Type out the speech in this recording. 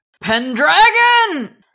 pendragon